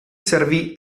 servì